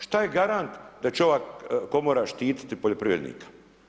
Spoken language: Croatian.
Šta je garant da će ova Komora štititi poljoprivrednike?